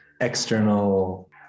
external